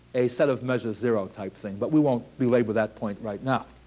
a set of measures zero type thing. but we won't belabor that point right now.